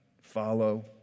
follow